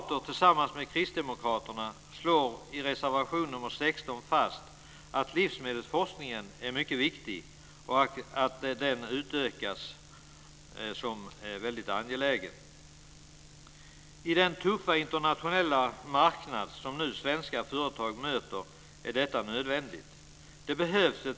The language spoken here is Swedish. Tillsammans med Kristdemokraterna slår vi moderater i reservation nr 16 fast att livsmedelsforskningen är mycket viktig och att det är väldigt angeläget att den utökas. På den tuffa internationella marknad som svenska företag nu möter är detta nödvändigt.